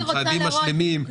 עם צעדים משלימים,